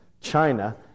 China